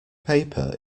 paper